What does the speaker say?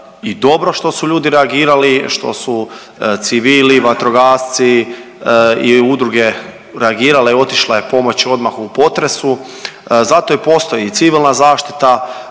i dobro što su ljudi reagirali, što su civili, vatrogasci i udruge reagirale, otišle pomoći odmah u potresu. Zato i postoji Civilna zaštita,